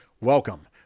Welcome